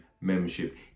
membership